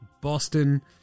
Boston